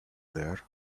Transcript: there